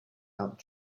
out